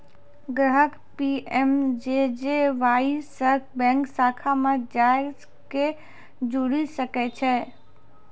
ग्राहक पी.एम.जे.जे.वाई से बैंक शाखा मे जाय के जुड़ि सकै छै